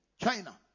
china